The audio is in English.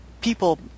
people